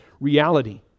reality